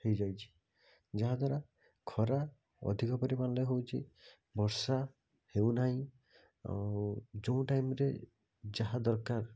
ହୋଇଯାଇଛି ଯାହାଦ୍ୱାରା ଖରା ଅଧିକ ପରିମାଣରେ ହେଉଛି ବର୍ଷା ହେଉନାହିଁ ଆଉ ଯେଉଁ ଟାଇମରେ ଯାହା ଦରକାର